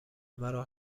مرا